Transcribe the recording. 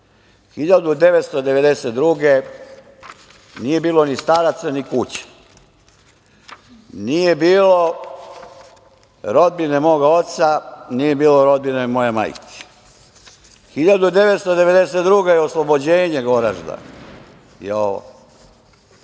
1992. nije bilo ni staraca, ni kuća, nije bilo rodbine moga oca, nije bilo rodbine moje majke. Godine 1992. je oslobođenje Goražda,